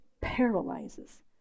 paralyzes